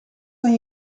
van